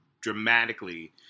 dramatically